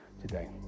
today